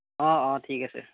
অঁ অঁ ঠিক আছে